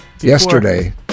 Yesterday